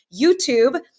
YouTube